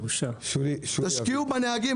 תשקיעו בנהגים.